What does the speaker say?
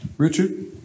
Richard